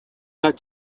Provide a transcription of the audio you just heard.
got